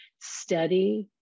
steady